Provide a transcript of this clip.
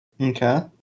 Okay